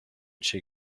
she